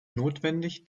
notwendig